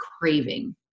craving